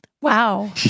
Wow